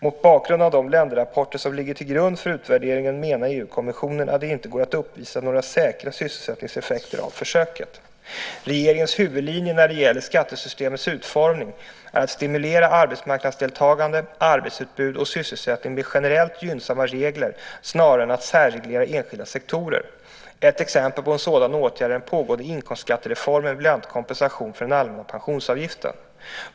Mot bakgrund av de länderrapporter som ligger till grund för utvärderingen menar EU-kommissionen att det inte går att uppvisa några säkra sysselsättningseffekter av försöket. Regeringens huvudlinje när det gäller skattesystemets utformning är att stimulera arbetsmarknadsdeltagande, arbetsutbud och sysselsättning med generellt gynnsamma regler snarare än att särreglera enskilda sektorer. Ett exempel på en sådan åtgärd är den pågående inkomstskattereformen med bland annat kompensation för den allmänna pensionsavgiften.